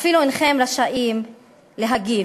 אפילו אינכם רשאים להגיב.